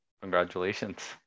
Congratulations